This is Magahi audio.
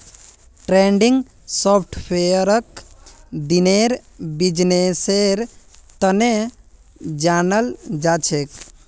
ट्रेंडिंग सॉफ्टवेयरक दिनेर बिजनेसेर तने जनाल जाछेक